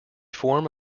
form